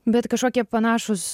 bet kažkokie panašūs